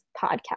podcast